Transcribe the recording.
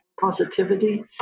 positivity